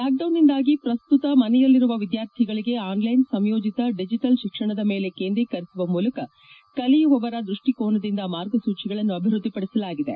ಲಾಕ್ಡೌನ್ನಿಂದಾಗಿ ಪ್ರಸ್ತುತ ಮನೆಯಲ್ಲಿರುವ ವಿದ್ಯಾರ್ಥಿಗಳಿಗೆ ಆನ್ಲೈನ್ ಸಂಯೋಜಿತ ಡಿಜೆಟಲ್ ಶಿಕ್ಷಣದ ಮೇಲೆ ಕೇಂದ್ರೀಕರಿಸುವ ಮೂಲಕ ಕಲಿಯುವವರ ದೃಷ್ಟಿಕೋನದಿಂದ ಮಾರ್ಗಸೂಚಿಗಳನ್ನು ಅಭಿವೃದ್ಧಿಪಡಿಸಲಾಗಿದೆ